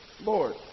Lord